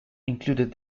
included